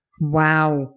Wow